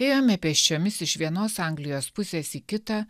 ėjome pėsčiomis iš vienos anglijos pusės į kitą